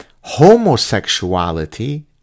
Homosexuality